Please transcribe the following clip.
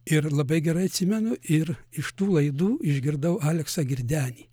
ir labai gerai atsimenu ir iš tų laidų išgirdau aleksą girdenį